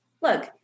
look